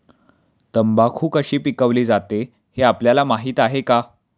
तंबाखू कशी पिकवली जाते हे आपल्याला माहीत आहे का?